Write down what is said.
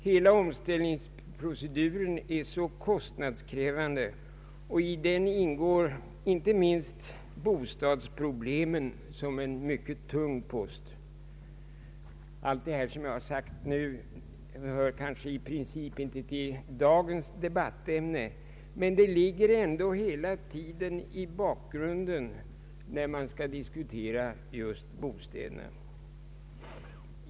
Hela omställningsproceduren är kostnadskrävande, och i den ingår inte minst bostadsproblemen som en mycket tung post. Allt vad jag nu sagt hör kanske i princip inte till dagens debattämne, men det ligger ändå hela tiden i bakgrunden, när man skall diskutera just bostäderna.